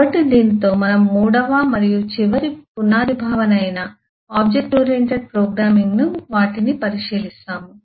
కాబట్టి దీనితో మనం మూడవ మరియు చివరి పునాది భావన అయిన ఆబ్జెక్ట్ ఓరియెంటెడ్ ప్రోగ్రామింగ్ ను వాటిని పరిశీలిస్తాము